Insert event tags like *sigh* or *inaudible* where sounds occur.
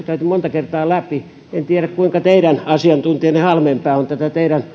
*unintelligible* käyty monta kertaa läpi en tiedä kuinka teidän asiantuntijanne halmeenpää on tätä teidän *unintelligible*